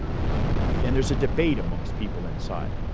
and there's a debate amongst people inside.